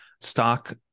Stock